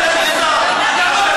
אל תגן סתם.